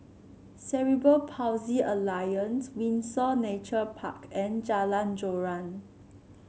Cerebral Palsy Alliance Windsor Nature Park and Jalan Joran